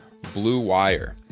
BLUEWIRE